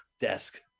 desk